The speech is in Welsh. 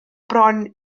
bron